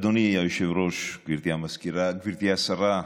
אדוני היושב-ראש, גברתי המזכירה, גברתי השרה,